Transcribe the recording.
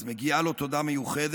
אז מגיעה לו תודה מיוחדת,